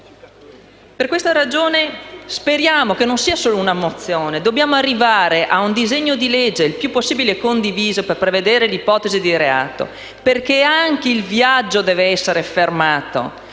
Per questa ragione speriamo che non ci si limiti solo a una mozione: dobbiamo infatti arrivare a un disegno di legge il più possibile condiviso per prevedere l'ipotesi di reato, perché anche il viaggio deve essere fermato